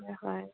হয় হয়